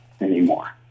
anymore